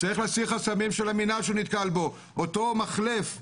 צריך להסיר חסמים של המינהל, אותו מחלף ביבנה,